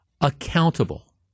accountable